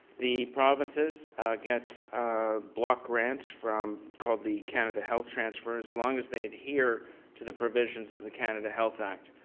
the provinces get block grants from called the canada health transfers as long as they adhere to the provisions of the canada health act.